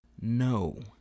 No